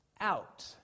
out